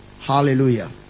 Hallelujah